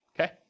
okay